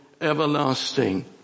everlasting